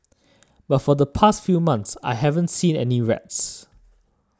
but for the past few months I haven't seen any rats